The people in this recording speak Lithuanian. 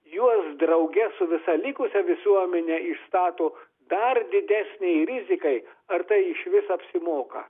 juos drauge su visa likusia visuomene išstato dar didesnei rizikai ar tai išvis apsimoka